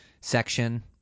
section